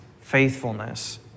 faithfulness